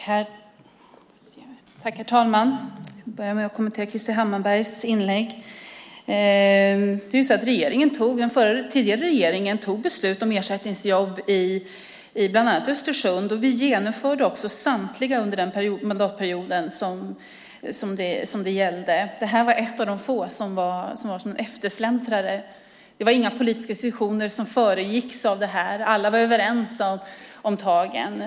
Herr talman! Jag börjar med att kommentera Krister Hammarberghs inlägg. Den tidigare regeringen fattade beslut om ersättningsjobb i bland annat Östersund. Vi genomförde också samtliga under den mandatperiod som det gällde. Det här är ett av de få som var eftersläntrare. Det föregicks inte av några politiska diskussioner. Alla var överens om tagen.